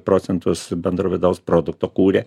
procentus bendro vidaus produkto kūrė